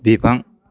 बिफां